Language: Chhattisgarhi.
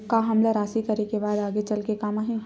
का हमला राशि करे के बाद आगे चल के काम आही?